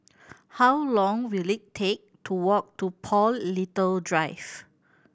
how long will it take to walk to Paul Little Drive